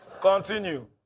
Continue